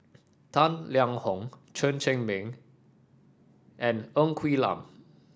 Tang Liang Hong Chen Cheng Mei and Ng Quee Lam